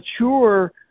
mature